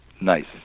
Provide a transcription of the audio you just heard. nice